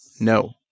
No